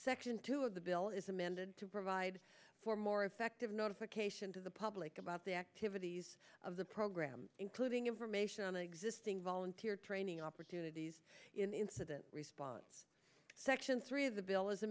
section two of the bill is amended to provide for more effective notification to the public about the activities of the program including information on existing volunteer training opportunities in incident response section three of the bill as a